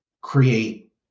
create